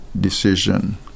decision